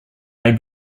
may